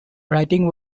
writing